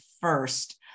first